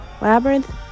Labyrinth